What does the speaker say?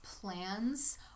plans